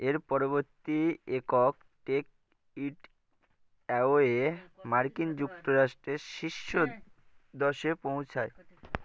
এর পরবর্তী একক টেক ইট অ্যাওয়ে মার্কিন যুক্তরাষ্ট্রের শীর্ষদশে পৌঁছায়